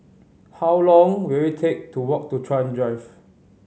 how long will it take to walk to Chuan Drive